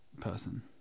person